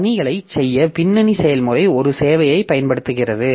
பணிகளைச் செய்ய பின்னணி செயல்முறை ஒரு சேவையைப் பயன்படுத்துகிறது